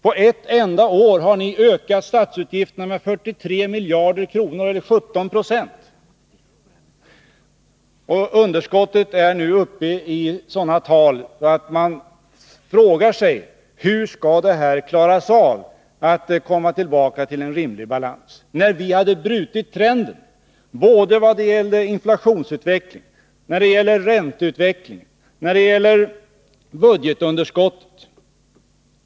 På ett enda år har ni ökat statsutgifterna med 43 miljarder kronor, eller 17 Jo. Underskottet är nu uppe i sådana tal att man frågar sig hur man skall klara att komma tillbaka till en rimlig balans. Vi hade brutit trenden, såväl när det gällde inflationsutvecklingen och ränteutvecklingen som i fråga om budgetunderskottet.